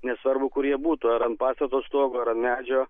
nesvarbu kur jie būtų ar ant pastato stogo ar ant medžio